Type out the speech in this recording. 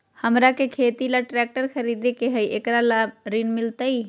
हमरा के खेती ला ट्रैक्टर खरीदे के हई, एकरा ला ऋण मिलतई?